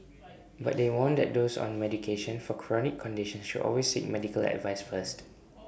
but they warn that those on medication for chronic conditions should always seek medical advice first